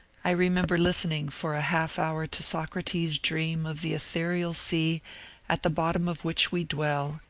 i remember listening for a half hour to socrates' dream of the ethereal sea at the bottom of which we dwell,